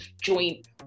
joint